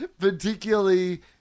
Particularly